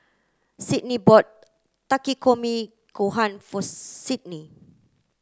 Cydney bought Takikomi Gohan for Sydnee